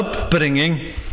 upbringing